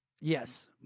yes